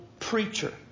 Preacher